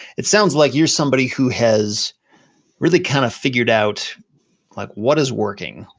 it sounds like you're somebody who has really kind of figured out like what is working,